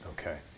Okay